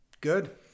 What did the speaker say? good